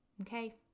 Okay